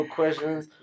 questions